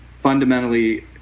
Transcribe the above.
fundamentally